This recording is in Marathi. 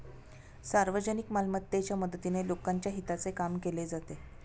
सार्वजनिक मालमत्तेच्या मदतीने लोकांच्या हिताचे काम केले जाते